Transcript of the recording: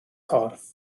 corff